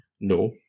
No